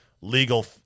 legal